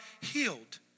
healed